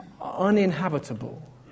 uninhabitable